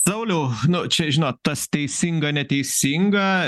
sauliau nu čia žinot tas teisinga neteisinga